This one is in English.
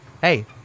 Hey